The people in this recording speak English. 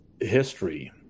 history